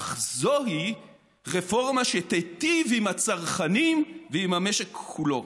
אך זוהי רפורמה שתיטיב עם הצרכנים ועם המשק כולו.